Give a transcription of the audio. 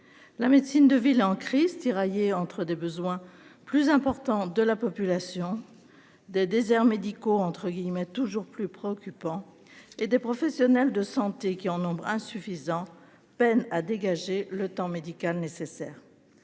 La médecine de ville en crise tiraillée entre des besoins plus importants de la population. Des déserts médicaux entre guillemets toujours plus préoccupant et des professionnels de santé qui en nombre insuffisant, peine à dégager le temps médical nécessaire.